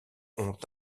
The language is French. ont